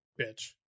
bitch